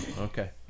okay